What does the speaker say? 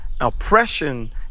oppression